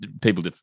people